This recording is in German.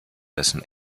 dessen